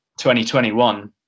2021